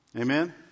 Amen